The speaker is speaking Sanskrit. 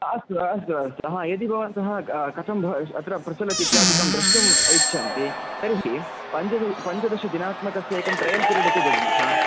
अस्तु अस्तु अस्तु हा यदि भवन्तः कथं अत्र प्रचलति इत्यादिकं द्रष्टुम् इच्छन्ति तर्हिः पञ्च पञ्चदशदिनात्मकस्य एकं ट्रयल् पिरेड् इति दद्मः